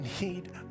need